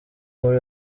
muri